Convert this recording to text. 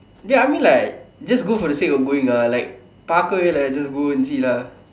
dey I mean like just go for the sake of going lah like பார்க்கவே இல்ல:paarkkavee illa like then just go and see lah